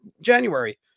January